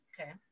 Okay